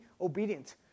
obedient